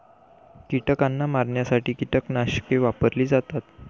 कीटकांना मारण्यासाठी कीटकनाशके वापरली जातात